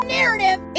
narrative